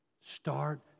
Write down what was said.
Start